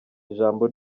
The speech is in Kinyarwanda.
ijambo